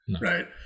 right